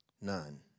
None